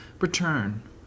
return